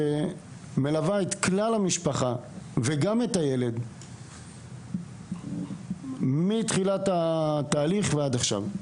שמלווה את כלל המשפחה וגם את הילד מאז תחילתו של התהליך ועד עכשיו.